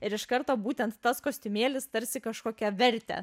ir iš karto būtent tas kostiumėlis tarsi kažkokią vertę